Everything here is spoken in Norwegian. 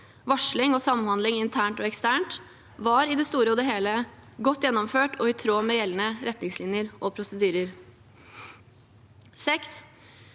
varsling og samhandling internt og eksternt, var i det store og hele godt gjennomført og i tråd med gjeldende retningslinjer og prosedyrer. 6.